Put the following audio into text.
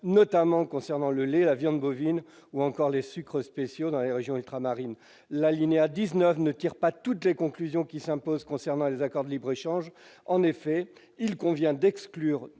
notamment concernant le lait, la viande bovine, ou encore les sucres spéciaux dans les régions ultramarines l'alinéa 19 ne tire pas toutes les conclusions qui s'imposent concernant les accords de libre-échange en effet, il convient d'exclure